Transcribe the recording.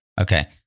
Okay